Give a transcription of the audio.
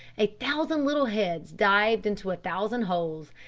a thousand little heads dived into a thousand holes,